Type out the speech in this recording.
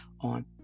on